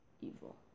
evil